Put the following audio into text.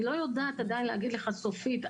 אני לא יודעת עדיין להגיד לך סופית,